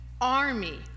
army